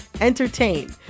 entertain